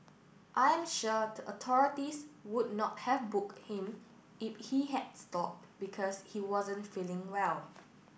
I am sure the authorities would not have booked him if he had stopped because he wasn't feeling well